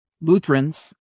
Lutherans